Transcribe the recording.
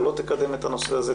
או לא תקדם את הנושא הזה.